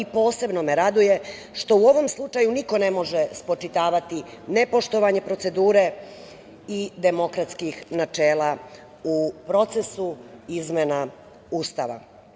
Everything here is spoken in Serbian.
Posebno me raduje što u ovom slučaju niko ne može spočitavati nepoštovanje procedure i demokratskih načela u procesu izmena Ustava.